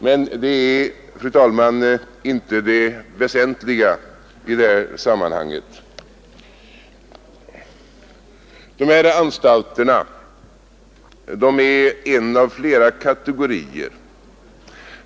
Men det är, fru talman, inte det väsentliga i detta sammanhang. De här anstalterna är en av flera kategorier.